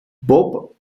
bob